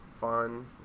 fun